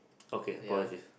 okay apologies